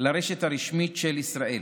לרשת הרשמית של ישראל.